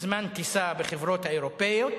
בזמן הטיסה בחברות האירופיות,